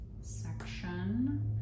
section